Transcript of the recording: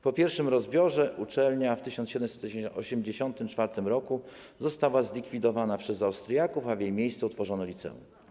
Po pierwszym rozbiorze uczelnia w 1784 r. została zlikwidowana przez Austriaków, a w jej miejsce utworzono liceum.